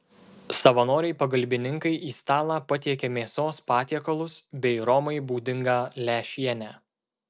savanoriai pagalbininkai į stalą patiekia mėsos patiekalus bei romai būdingą lęšienę